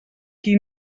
qui